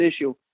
issue